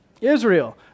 Israel